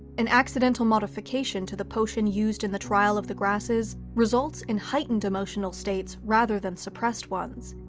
an accidental modification to the potion used in the trial of the grasses results in heightened emotional states rather than suppressed ones,